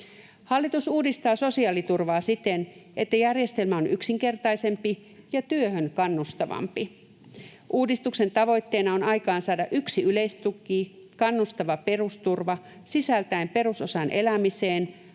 Hallitus uudistaa sosiaaliturvaa siten, että järjestelmä on yksinkertaisempi ja työhön kannustavampi. Uudistuksen tavoitteena on aikaansaada yksi yleistuki, kannustava perusturva sisältäen perusosan elämiseen,